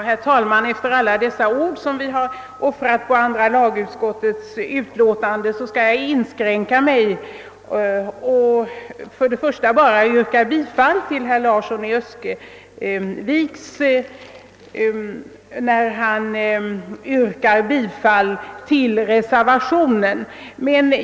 Herr talman! Efter alla ord som nu har offrats på andra lagutskottets förevarande utlåtande skall jag inskränka mig till bara några punkter och vill då först instämma med herr Larsson i Öskevik, som yrkade bifall till reservationen II.